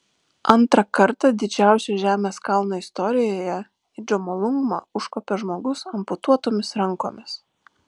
antrą kartą didžiausios žemės kalno istorijoje į džomolungmą užkopė žmogus amputuotomis rankomis